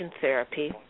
therapy